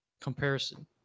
comparison